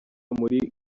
muri